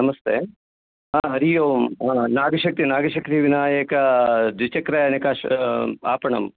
नमस्ते हरिः ओम् आं नारीशक्य नारिशक्ति विनायकद्विचक्रियानिका आपणं